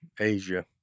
Asia